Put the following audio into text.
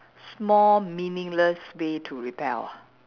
small meaningless way to rebel ah